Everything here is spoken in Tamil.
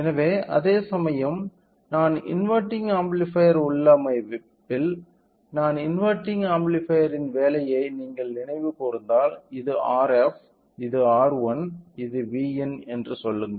எனவே அதேசமயம் நான் இன்வெர்ட்டிங் ஆம்ப்ளிஃபையர் உள்ளமைப்பில் நான் இன்வெர்டிங் ஆம்ப்ளிஃபையர் இன் வேலையை நீங்கள் நினைவு கூர்ந்தால் இது Rf இது R1 இது Vin என்று சொல்லுங்கள்